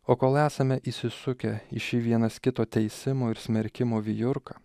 o kol esame įsisukę į šį vienas kito teisimo ir smerkimo vijurką